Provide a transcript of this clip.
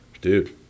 Dude